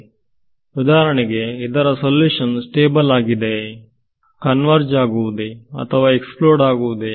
ಈಗ ಉದಾಹರಣೆಗೆ ಇದರ ಸೊಲ್ಯೂಷನ್ ಸ್ಟೇಬಲ್ ಆಗಿದೆಯೇ ಕನ್ವರ್ಜ್ ಆಗುವುದೇಅಥವಾ ಎಕ್ಸ್ ಪ್ಲೊಡ್ ಆಗುವುದೇ